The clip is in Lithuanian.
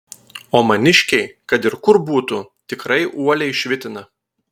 o maniškiai kad ir kur būtų tikrai uoliai švitina